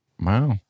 Wow